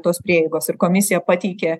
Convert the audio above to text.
tos prieigos ir komisija pateikė